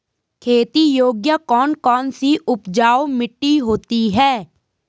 खेती योग्य कौन कौन सी उपजाऊ मिट्टी होती है?